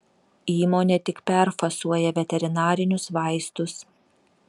įmonė tik perfasuoja veterinarinius vaistus